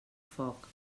foc